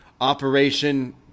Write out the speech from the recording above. operation